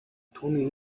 түүний